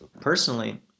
personally